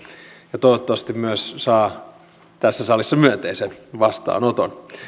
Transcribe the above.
ja toivottavasti myös saa tässä salissa myönteisen vastaanoton